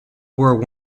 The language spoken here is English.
war